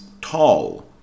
tall